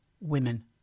women